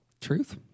Truth